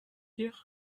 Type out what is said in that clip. hier